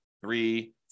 three